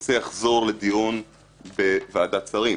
הנושא יחזור לדיון בוועדת שרים.